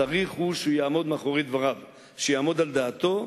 צריך הוא שיעמוד מאחורי דבריו, שיעמוד על דעתו,